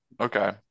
okay